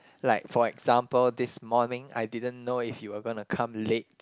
like for example this morning I didn't know if you were gonna come late